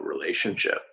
relationship